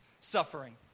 suffering